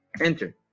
enter